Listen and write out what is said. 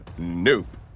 Nope